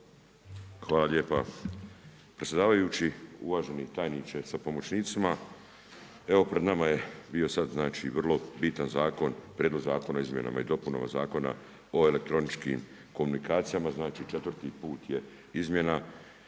Hvala lijepa predsjedavajući, uvaženi tajniče sa pomoćnicima. Evo pred nam je bio sad znači vrlo bitan Prijedlog Zakona o izmjenama i dopunama Zakona o elektroničkim komunikacijama, znači četvrti put je izmjena